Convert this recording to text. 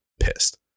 pissed